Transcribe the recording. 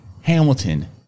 Hamilton